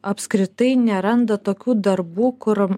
apskritai neranda tokių darbų kur